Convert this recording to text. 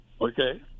okay